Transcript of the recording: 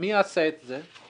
מי עשה את זה?